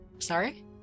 Sorry